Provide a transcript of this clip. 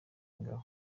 ingabo